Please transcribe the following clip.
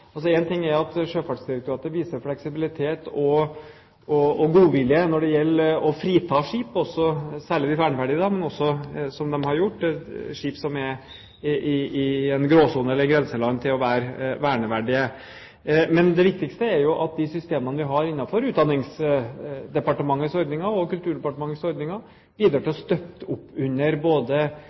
ting er at Sjøfartsdirektoratet viser fleksibilitet og godvilje når det gjelder å frita skip, særlig de verneverdige, men også – som de har gjort – skip som er i en gråsone eller i grenseland til å være verneverdige. Men det viktigste er at de systemene vi har innenfor Utdanningsdepartementets og Kulturdepartementets ordninger, bidrar til å støtte opp under både